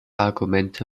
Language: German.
argumente